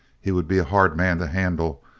he would be a hard man to handle.